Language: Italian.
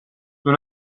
non